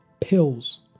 pills